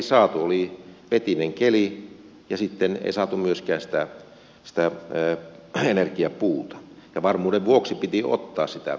oli vetinen keli ja sitten ei saatu myöskään sitä energiapuuta ja varmuuden vuoksi piti ottaa sitä kivihiiltä sinne